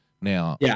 Now